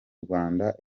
rwanda